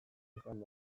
izan